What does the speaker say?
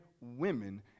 women